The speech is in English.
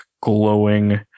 glowing